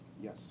Yes